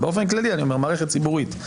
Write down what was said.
באופן כללי מערכת ציבורית,